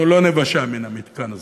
אנחנו לא ניוושע מהמתקן הזה.